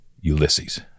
Ulysses